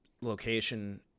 location